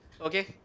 Okay